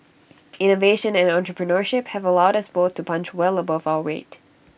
innovation and entrepreneurship have allowed us both to punch well above our weight